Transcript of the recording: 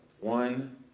one